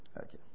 Okay